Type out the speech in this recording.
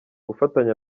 gufatanya